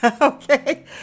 okay